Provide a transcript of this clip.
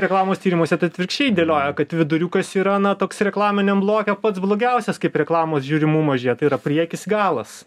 reklamos tyrimuose tai atvirkščiai dėlioja kad viduriukas yra na toks reklaminiam bloke pats blogiausias kaip reklamos žiūrimumą žiūrėt tai yra priekis galas